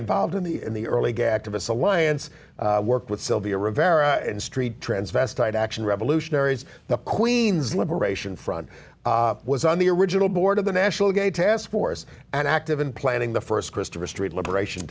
involved in the in the early get activists alliance worked with sylvia rivera and street transvestite action revolutionaries the queens liberation front was on the original board of the national gay task force and active in planning the st christopher street liberation